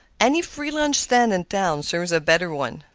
any free-lunch stand in town serves a better one.